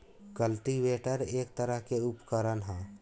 cultivator एक तरह के उपकरण ह